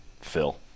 Phil